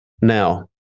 Now